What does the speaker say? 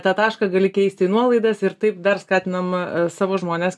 tą tašką gali keisti į nuolaidas ir taip dar skatinama savo žmones